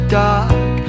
dark